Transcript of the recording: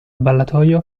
ballatoio